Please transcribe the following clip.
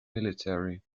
military